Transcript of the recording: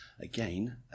again